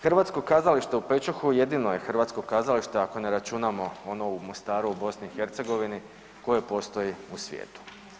Hrvatsko kazalište u Pečuhu jedino je hrvatsko kazalište ako ne računamo ono u Mostaru u BiH koje postoji u svijetu.